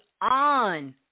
on